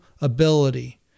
ability